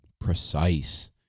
precise